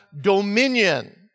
dominion